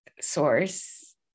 source